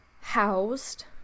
housed